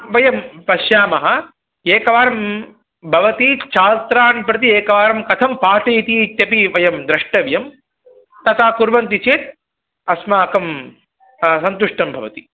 वयं पश्यामः एकवारं भवती छात्रान् प्रति एकवारं कथं पाठयति इत्यपि वयं द्रष्टव्यं तथा कुर्वन्ति चेत् अस्माकं सन्तुष्टं भवति